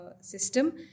system